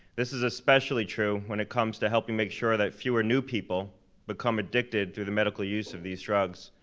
this is especially true when it comes to helping make sure that fewer new people become addicted through the medical use of these drugs.